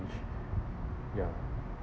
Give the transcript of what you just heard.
ya